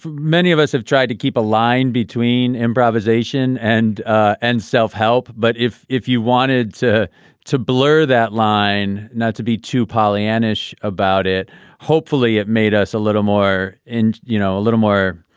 um many of us have tried to keep a line between improvisation and and self-help but if if you wanted to to blur that line not to be too pollyanna ish about it hopefully it made us a little more and you know a little more